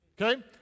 okay